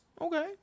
okay